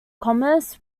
commerce